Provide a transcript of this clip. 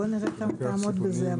בוא נראה כמה תעמוד בזה.